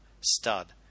stud